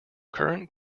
current